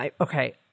Okay